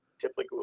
typically